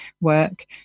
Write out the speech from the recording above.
work